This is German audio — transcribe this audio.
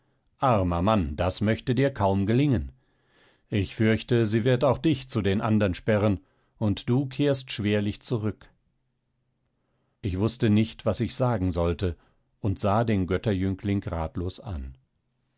armer mann das möchte dir kaum gelingen ich fürchte sie wird auch dich zu den andern sperren und du kehrst schwerlich zurück ich wußte nicht was ich sagen sollte und sah den götterjüngling ratlos an